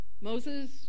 Moses